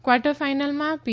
quarter ફાઇનલમાં પી